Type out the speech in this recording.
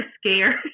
scared